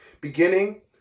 beginning